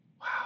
Wow